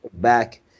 back